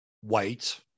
white